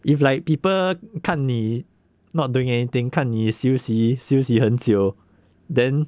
if like people 看你 not doing anything 看你休息休息很久 then